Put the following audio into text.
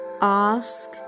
ask